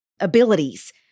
abilities